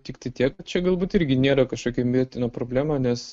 tiktai tiek čia galbūt irgi nėra kažkokia mirtina problemų nes